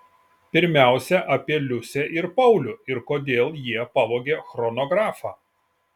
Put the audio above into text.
pirmiausia apie liusę ir paulių ir kodėl jie pavogė chronografą